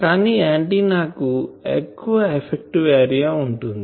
కానీ ఆంటిన్నా కి ఎక్కువ ఎఫెక్టివ్ ఏరియా వుంటుంది